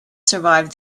survive